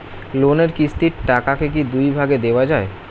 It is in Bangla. লোনের কিস্তির টাকাকে কি দুই ভাগে দেওয়া যায়?